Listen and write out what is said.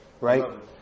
right